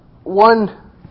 One